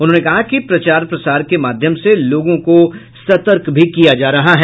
उन्होंने कहा कि प्रचार प्रसार के माध्यम से लोगों को सतर्क भी किया जा रहा है